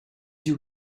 yeux